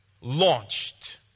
launched